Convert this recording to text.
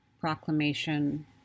proclamation